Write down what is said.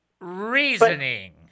reasoning